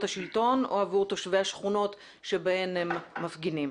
השלטון או עבור תושבי השכונות שבהן הם מפגינים.